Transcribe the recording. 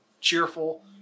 cheerful